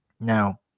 Now